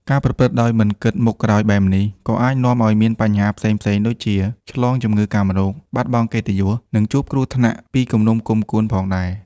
ការប្រព្រឹត្តដោយមិនគិតមុខក្រោយបែបនេះ ក៏អាចនាំឲ្យមានបញ្ហាផ្សេងៗដូចជា ឆ្លងជំងឺកាមរោគ បាត់បង់កិត្តិយស និងជួបគ្រោះថ្នាក់ពីគំនុំគុំកួនផងដែរ។